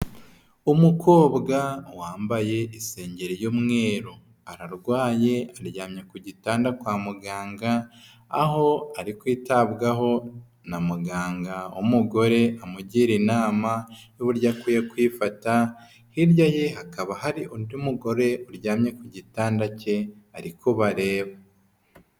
Umukobwa wambaye isengeri y'umweru ararwaye aryamye ku gitanda kwa muganga aho ari kwitabwaho na muganga w'umugore amugira inama y'uburyo akwiye kwifata, hirya ye hakaba hari undi mugore uryamye ku gitanda cye ari kubareba.